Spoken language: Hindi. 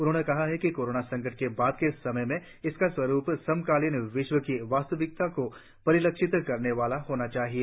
उन्होंने कहा है कि कोरोना संकट के बाद के समय में इसका स्वरूप समकालीन विश्व की वास्तविकता को परिलक्षित करने वाला होना चाहिए